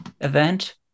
event